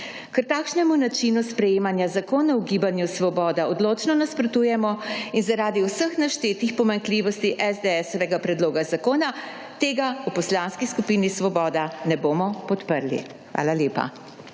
Ker takšnemu načinu sprejemanja zakona v Gibanju Svoboda odločno nasprotujemo in zaradi vseh naštetih pomanjkljivosti SDS-ovega predloga zakona, tega v Poslanski skupini Svoboda ne bomo podprli. Hvala lepa.